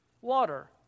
water